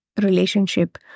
relationship